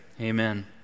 Amen